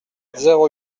zéro